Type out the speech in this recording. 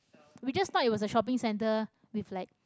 we just not it was the shopping centre with like